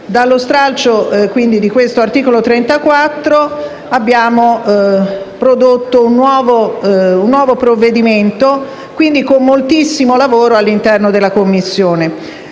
Dallo stralcio di quell'articolo abbiamo prodotto un nuovo provvedimento, con moltissimo lavoro all'interno della Commissione.